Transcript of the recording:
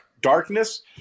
darkness